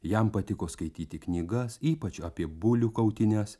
jam patiko skaityti knygas ypač apie bulių kautynes